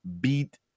beat